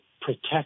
protect